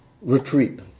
retreat